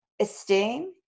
Esteem